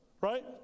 right